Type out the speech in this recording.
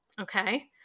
Okay